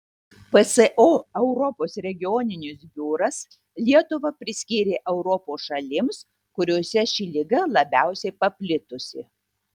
pso europos regioninis biuras lietuvą priskyrė europos šalims kuriose ši liga labiausiai paplitusi